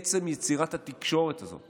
עצם יצירת התקשורת הזאת